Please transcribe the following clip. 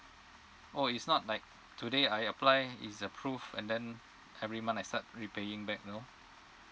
oh is not like today I apply is approved and then every month I start repaying back no